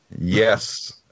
Yes